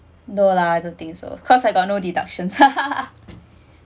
no lah I don't think so cause I got no deductions